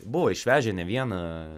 buvo išvežę ne vieną